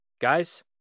guys